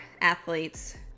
athletes